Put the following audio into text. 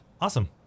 Awesome